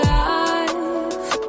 life